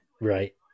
Right